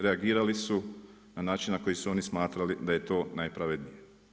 reagirali su na način na koji su oni smatrali da je to najpravednije.